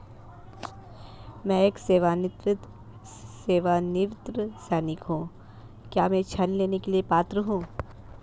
मैं एक सेवानिवृत्त सैनिक हूँ क्या मैं ऋण लेने के लिए पात्र हूँ?